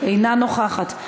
אינה נוכחת,